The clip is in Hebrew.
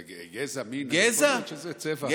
גזע, מין, יכול להיות צבע.